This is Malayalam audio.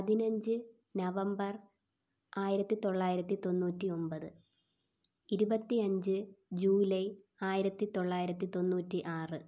പതിനഞ്ച് നവംബർ ആയിരത്തി തൊള്ളായിരത്തി തൊണ്ണൂറ്റി ഒമ്പത് ഇരുപത്തി അഞ്ച് ജൂലൈ ആയിരത്തി തൊള്ളായിരത്തി തൊണ്ണൂറ്റി ആറ്